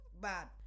bad